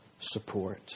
support